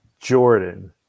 Jordan